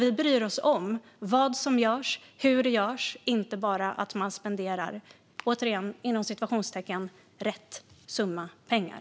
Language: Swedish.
Vi bryr oss om vad som görs och hur det görs och inte bara att man spenderar "rätt" summa pengar.